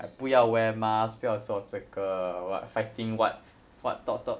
like 不要 wear mask 不要做这个 what fighting what what talk talk